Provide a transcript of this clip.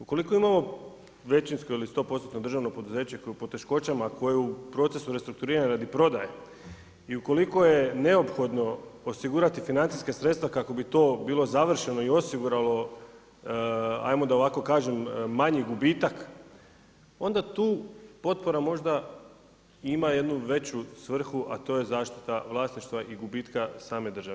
Ukoliko imamo većinsko ili 100%-no državno poduzeće koje je u poteškoćama koje je u procesu restrukturiranja radi prodaje i ukoliko je neophodno osigurati financijska sredstva kako bi to bilo završeno i osiguralo ajmo da ovako kažem, manji gubitak, onda tu potpora možda ima jednu veću svrhu, a to je zaštita vlasništva i gubitka same države.